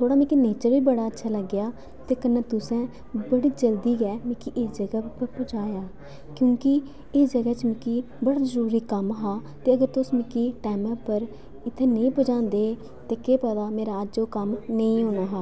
थुआढ़ा मिक्की नेचर बी बड़ा अच्छा लग्गेआ ते कन्नै तुसें बड़ी जल्दी गै मिक्की इस जगह् पर पुजाया क्योंकि एह जगह् च मिक्की बड़ा जरूरी कम्म हा ते अगर तुस मिक्की टैमे पर इत्थै नेईं पजांदे ते केह् पता मेरा अज्ज ओह् कम्म नेईं होना हा